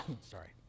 Sorry